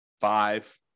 five